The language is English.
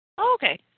Okay